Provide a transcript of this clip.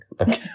Okay